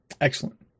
Excellent